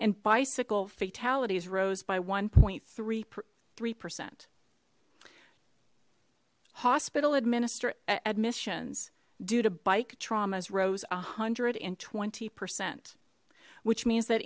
and bicycle fatalities rose by one three three percent hospital administer admissions due to bike traumas rose a hundred and twenty percent which means that